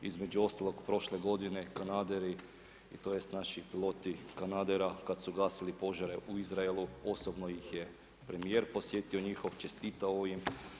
Između ostalog prošle godine kanaderi tj. naši piloti kanadera kada su gasili požare u Izraelu osobno ih je premijer posjetio njihov, čestitao im.